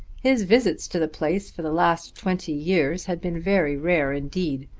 his visits to the place for the last twenty years had been very rare indeed.